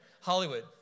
Hollywood